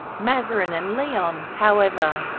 mazarin and lionne, however,